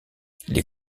les